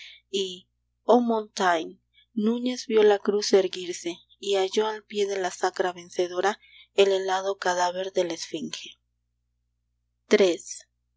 y oh montaigne núñez vió la cruz erguirse y halló al pie de la sacra vencedora el helado cadáver de la esfinge